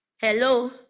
Hello